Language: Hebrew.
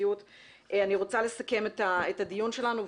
אני רוצה לסכם את הדיון שלנו.